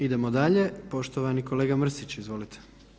Idemo dalje, poštovani kolega Mrsić, izvolite.